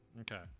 okay